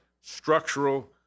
structural